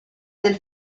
del